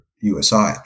USI